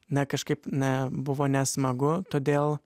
na kažkaip na buvo nesmagu todėl